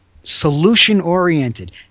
solution-oriented